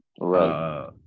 Right